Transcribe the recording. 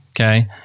okay